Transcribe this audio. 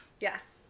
Yes